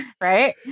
right